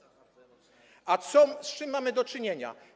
A z czym mamy do czynienia?